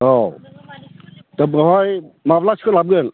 औ दा बेवहाय माब्ला सोलाबगोन